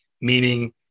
Meaning